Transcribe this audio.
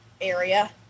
area